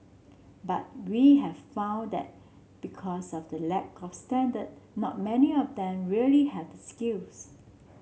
but we have found that because of the lack of standard not many of them really have the skills